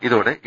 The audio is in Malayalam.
ഇതോടെ എ